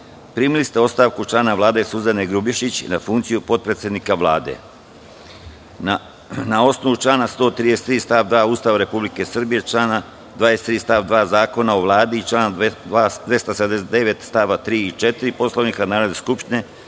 Vlade. Primili ste ostavku člana Vlade Suzane Grubješić na funkciju potpredsednika Vlade. Na osnovu člana 133. stav 2. Ustava Republike Srbije, člana 23. stav 2. Zakona o Vladi i člana 279. st. 3. i 4. Poslovnika Narodne skupštine,